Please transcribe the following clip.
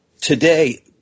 Today